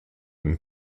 and